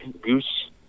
Goose